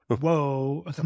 whoa